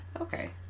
Okay